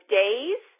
days